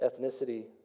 ethnicity